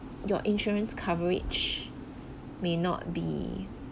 your insurance coverage may not be